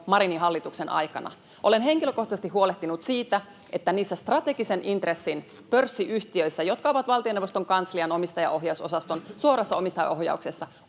Marinin hallituksen aikana. Olen henkilökohtaisesti huolehtinut siitä, että niissä strategisen intressin pörssiyhtiöissä, jotka ovat valtioneuvoston kanslian omistajaohjausosaston suorassa omistajaohjauksessa,